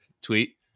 tweet